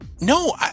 No